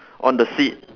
on the seat